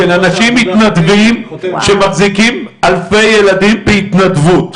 של אנשים מתנדבים שמחזיקים אלפי ילדים בהתנדבות.